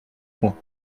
points